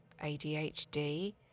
ADHD